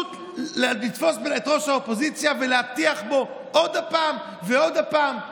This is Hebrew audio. פשוט לתפוס את ראש האופוזיציה ולהטיח בו עוד פעם ועוד פעם.